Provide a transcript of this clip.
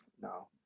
No